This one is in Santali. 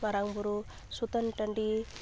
ᱢᱟᱨᱟᱝ ᱵᱩᱨᱩ ᱥᱩᱛᱟᱹᱱ ᱴᱟᱺᱰᱤ